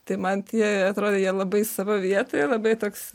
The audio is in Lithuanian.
tai man tie atrodė jie labai savo vietoje labai toks